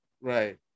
Right